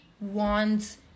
wants